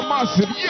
Massive